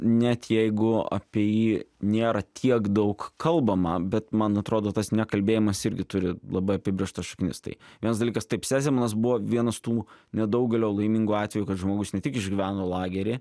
net jeigu apie jį nėra tiek daug kalbama bet man atrodo tas nekalbėjimas irgi turi labai apibrėžtas šaknis tai vienas dalykas taip sezemanas buvo vienas tų nedaugelio laimingų atvejų kad žmogus ne tik išgyveno lagery